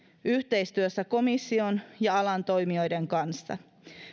yhteistyössä komission ja alan toimijoiden kanssa